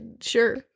sure